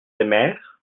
aimèrent